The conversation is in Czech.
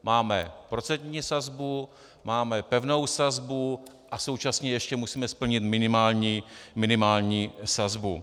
Máme procentní sazbu, máme pevnou sazbu a současně ještě musíme splnit minimální sazbu.